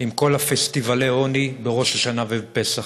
עם כל פסטיבלי העוני בראש השנה ובפסח.